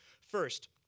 First